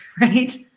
right